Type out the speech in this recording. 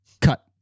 Cut